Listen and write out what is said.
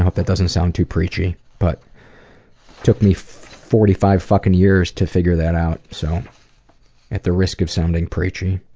ah that doesn't sound too preachy but took me forty five fucking years to figure that out. so at the risk of sounding preachy,